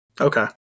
Okay